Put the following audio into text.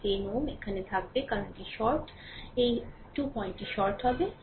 এই 10 Ω সেখানে থাকবে কারণ এটি শর্ট এই 2 পয়েন্টটি শর্ট হবে